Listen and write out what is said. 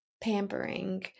pampering